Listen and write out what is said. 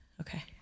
Okay